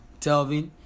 Telvin